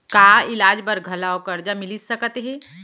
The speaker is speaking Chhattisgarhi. का इलाज बर घलव करजा मिलिस सकत हे?